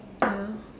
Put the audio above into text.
ya